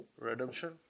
redemption